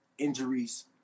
Injuries